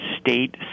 state